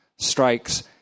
strikes